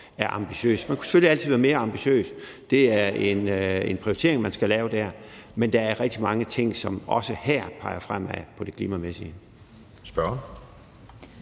er ambitiøse. Man kunne selvfølgelig altid være mere ambitiøs – det er en prioritering, man der skal lave – men der er rigtig mange ting, som også her peger fremad i forhold til det klimamæssige.